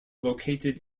located